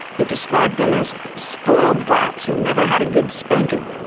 he described them as spoiled brats who never had a good spanking.